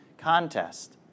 contest